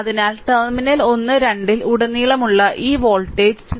അതിനാൽ ടെർമിനൽ 1 2 ൽ ഉടനീളമുള്ള ഈ വോൾട്ടേജ് ചിത്രം 4